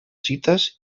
cites